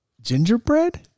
Gingerbread